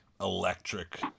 Electric